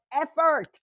effort